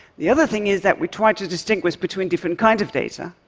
the other thing is that we try to distinguish between different kinds of data,